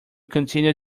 continue